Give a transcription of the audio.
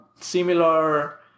similar